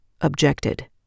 objected